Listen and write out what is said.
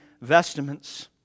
vestments